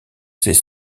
ses